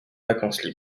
vacances